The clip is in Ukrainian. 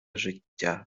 життя